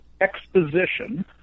exposition